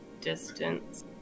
distance